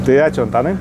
tai ačiū antanai